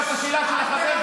מה עשיתם במעונות?